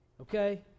Okay